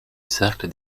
cercle